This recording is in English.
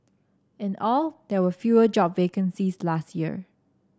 in all there were fewer job vacancies last year